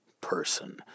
person